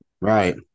Right